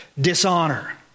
dishonor